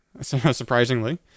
surprisingly